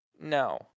No